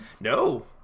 No